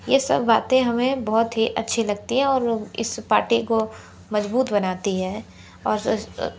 यह सब बातें हमें बहुत ही अच्छी लगती हैं और वह इस पार्टी को मजबूत बनाती हैं और